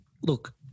Look